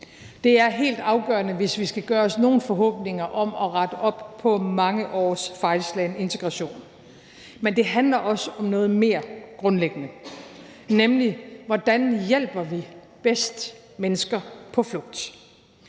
Det er helt afgørende, hvis vi skal gøre os nogen forhåbninger om at rette op på mange års fejlslagen integration. Men det handler også om noget mere grundlæggende, nemlig hvordan hjælper vi bedst mennesker på flugt?